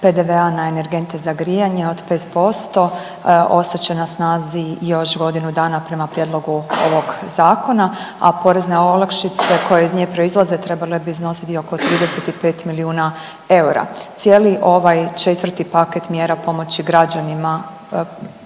PDV-a na energente za grijanja od 5% ostat će na snazi još godinu dana prema prijedlogu ovog zakona, a porezne olakšice koje iz nje proizlaze trebale bi iznositi oko 35 milijuna eura. Cijeli ovaj četvrti paket mjera pomoći građanima,